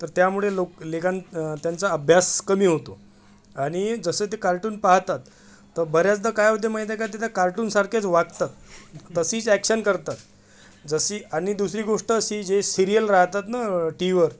तर त्यामुळे लोक लेखन त्यांचा अभ्यास कमी होतो आणि जसं ते कार्टून पाहतात तर बऱ्याचदा काय होते माहीत आहे का ते त्या कार्टूनसारखेच वागतात तशीच ॲक्शन करतात जशी आणि दुसरी गोष्ट अशी जे सिरियल राहतात ना टी व्हीवर